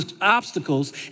obstacles